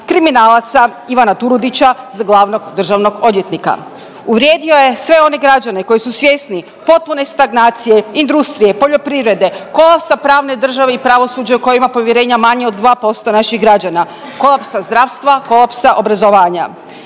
kriminalaca Ivana Turudića za glavnog državnog odvjetnika. Uvrijedio je sve one građane koji su svjesni potpune stagnacije industrije, poljoprivrede, kolapsa pravne države i pravosuđa u koje ima povjerenja manje od 2% naših građana, kolapsa zdravstva, kolapsa obrazovanja.